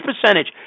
percentage